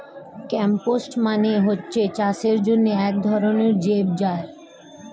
compost মানে হচ্ছে চাষের জন্যে একধরনের জৈব সার